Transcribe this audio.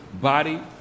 body